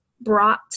brought